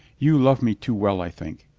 you love me too well, i think.